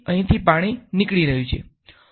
તેથી અહીંથી પાણી નીકળી રહ્યું છે